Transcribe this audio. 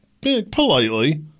politely